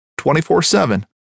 24-7